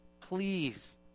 please